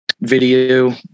video